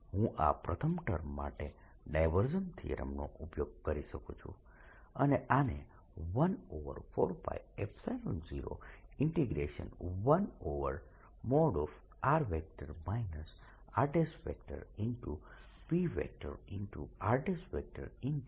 હું આ પ્રથમ ટર્મ માટે ડાયવર્જન્સ થીયરમ નો ઉપયોગ કરી શકું છું અને આને 14π01|r r| p r